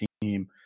team